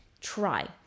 try